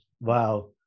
Wow